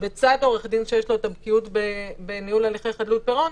בצד עורך דין שיש לו את הבקיאות בניהול ענייני חדלות פירעון,